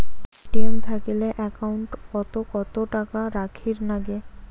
ATM থাকিলে account ওত কত টাকা রাখীর নাগে?